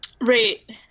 Right